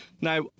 Now